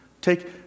Take